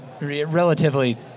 relatively